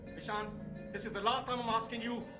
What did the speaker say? ishaan, this is the last time i'm asking you.